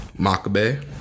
Makabe